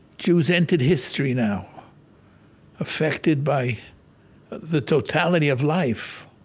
jews entered history now affected by the totality of life,